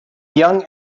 young